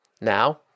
Now